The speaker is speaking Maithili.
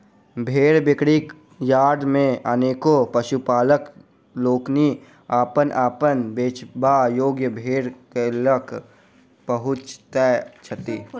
भेंड़ बिक्री यार्ड मे अनेको पशुपालक लोकनि अपन अपन बेचबा योग्य भेंड़ ल क पहुँचैत छथि